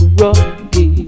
rocky